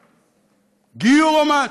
גיורומט.